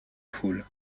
foule